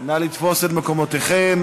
נא לתפוס את מקומותיכם.